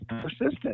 persistent